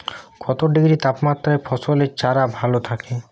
কত ডিগ্রি তাপমাত্রায় ফসলের চারা ভালো থাকে?